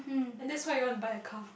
and that's why you want to buy a car